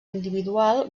individual